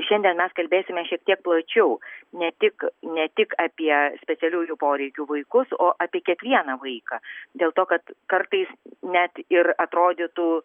šiandien mes kalbėsime šiek tiek plačiau ne tik ne tik apie specialiųjų poreikių vaikus o apie kiekvieną vaiką dėl to kad kartais net ir atrodytų